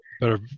Better